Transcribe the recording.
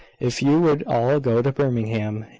if you would all go to birmingham,